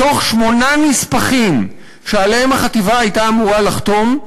מתוך שמונה נספחים שעליהם החטיבה הייתה אמורה לחתום,